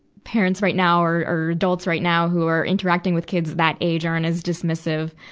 parents right now or, or adults right now who are interacting with kids that age aren't as dismissive.